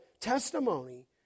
testimony